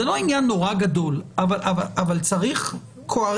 זה לא עניין נורא גדול, אבל צריך קוהרנטיות.